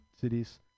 cities